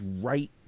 right